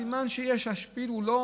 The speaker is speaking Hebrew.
סימן שהשפיל הוא לא,